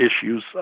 issues